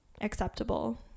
acceptable